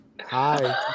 Hi